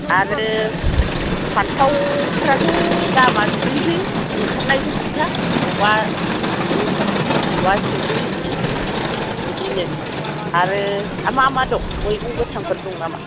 आरो फान्थावफ्राथ' दामआ बिदिनोसै ओंखारनायजों खोथा अबावबा त्रिस अबावबा सल्लिस बिदिनो आरो मा मा दं मैगं गोथांफोर दं नामा